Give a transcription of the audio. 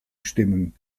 stimmen